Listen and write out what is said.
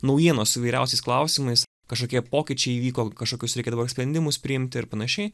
naujienos su įvairiausiais klausimais kažkokie pokyčiai įvyko kažkokius reikia dabar sprendimus priimti ir panašiai